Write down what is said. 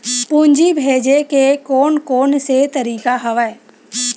पूंजी भेजे के कोन कोन से तरीका हवय?